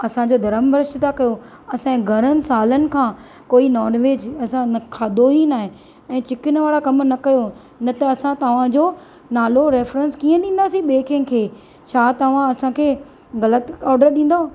असांजो धर्म भ्रष्ट था कयो असांजे घणनि सालनि खां कोई नॅानवेज असां खाधो ई न आहे ऐं चिकिन वारा कम न कयो न त असां तव्हांजो नालो रैफरेंस कीअं ॾींदासीं ॿिए कंहिंखे छा तव्हां असांखे ग़लति ऑडर ॾींदव